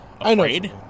afraid